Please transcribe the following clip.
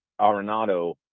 Arenado